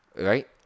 right